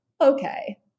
Okay